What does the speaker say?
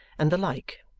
and the like,